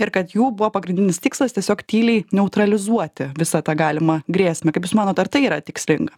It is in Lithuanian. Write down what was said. ir kad jų buvo pagrindinis tikslas tiesiog tyliai neutralizuoti visą tą galimą grėsmę kaip jūs manot ar tai yra tikslinga